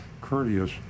courteous